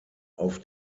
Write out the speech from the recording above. auf